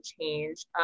change